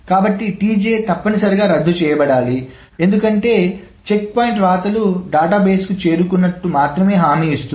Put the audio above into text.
కాబట్టి Tj తప్పనిసరిగా రద్దు చేయబడాలి ఎందుకంటే చెక్ పాయింట్ వ్రాతలు డేటాబేస్ కు చేరుకున్నట్టు మాత్రమే హామీ ఇస్తుంది